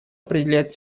определять